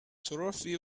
trophy